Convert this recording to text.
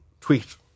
tweet